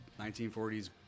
1940s